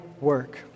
work